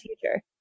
future